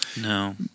No